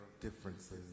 differences